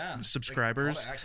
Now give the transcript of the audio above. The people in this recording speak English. subscribers